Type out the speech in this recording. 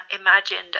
Imagined